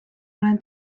olen